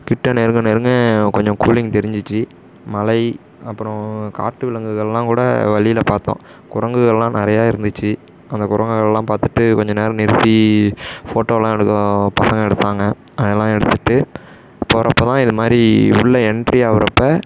கிட்டே நெருங்க நெருங்க கொஞ்சம் கூலிங் தெரிஞ்சிச்சு மலை அப்புறம் காட்டு விலங்குகள்லாம் கூட வழியில் பார்த்தோம் குரங்குகளெலாம் நிறையா இருந்துச்சு அந்த குரங்குகளெலாம் பார்த்துட்டு கொஞ்ச நேரம் நிறுத்தி ஃபோட்டோலாம் எடுக்க பசங்க எடுத்தாங்க அதெல்லாம் எடுத்துகிட்டு போகிறப்ப தான் இதுமாதிரி உள்ள எண்ட்ரி ஆகுறப்ப